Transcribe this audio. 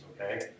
okay